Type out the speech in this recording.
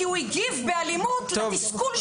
כי הוא הגיב באלימות את התסכול שלו.